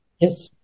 Yes